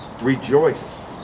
rejoice